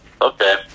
Okay